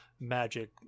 magic